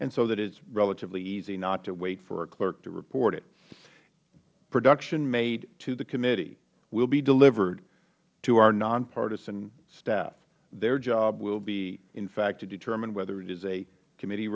and so it is relatively easy not to wait for a clerk to report it production made to the committee will be delivered to our nonpartisan staff their job will be in fact to determine whether it is a